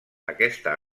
aquesta